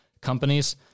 companies